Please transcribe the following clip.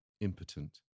impotent